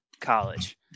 college